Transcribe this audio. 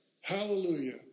Hallelujah